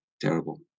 terrible